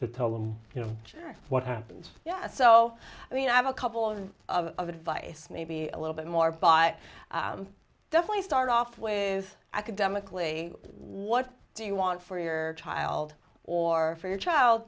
tell them you know what happens so i mean i have a couple of advice maybe a little bit more by definitely start off with academically what do you want for your child or for your child